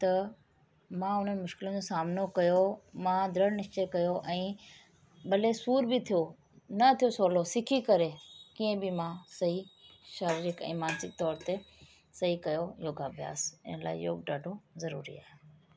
त मां उन मुश्किलनि सां सामिनो कयो मां दृण निश्चय कयो ऐं भले ई सूर बि थियो न थियो सहुलो सिखी करे कीअं बि मां सही शारिरीक ऐं मानसिक तौर ते सही कयो योगा अभ्यास इन लाइ योग ॾाढो ज़रूरी आहे